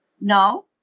no